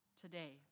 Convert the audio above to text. Today